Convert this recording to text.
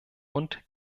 und